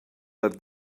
that